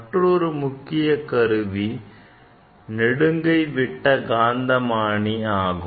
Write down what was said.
மற்றொரு முக்கிய கருவி நெடுங்கை விட்ட காந்தமானி ஆகும்